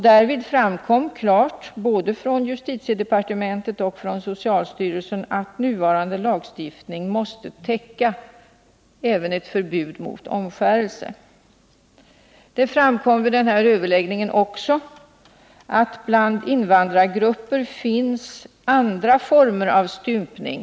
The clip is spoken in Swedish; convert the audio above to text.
Därvid framkom klart, från både justitiedepartementet och socialstyrelsen, att nuvarande lagstiftning täcker även ett förbud mot omskärelse. Det framkom vid överläggningen också att det bland invandrargrupper finns även andra former av stympning.